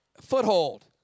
Foothold